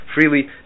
freely